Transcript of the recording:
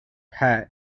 hat